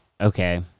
okay